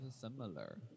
similar